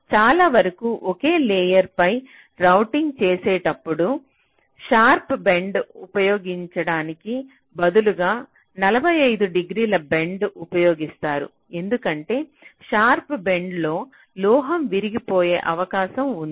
చాలా వరకు ఒకే లేయర్ పై రౌటింగ్ చేసేటప్పుడు షార్ప్ బెండ్ ఉపయోగించటానికి బదులుగా 45 డిగ్రీల బెండ్ ఉపయోగిస్తారు ఎందుకంటే షార్ప్ బెండ్లు లో లోహం విరిగిపోయే అవకాశం ఉంది